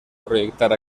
projectar